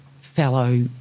fellow